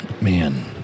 Man